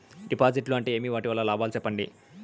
డిపాజిట్లు అంటే ఏమి? వాటి వల్ల లాభాలు సెప్పండి?